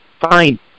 fine